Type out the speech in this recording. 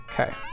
Okay